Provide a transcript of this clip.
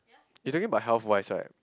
you talking about health wise right